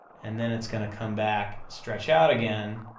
and then it's gonna come back, stretch out again,